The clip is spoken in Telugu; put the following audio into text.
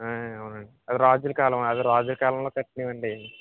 అవునండి అది రాజుల కాలం అది రాజుల కాలంలో కట్టినవి అండి